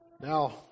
Now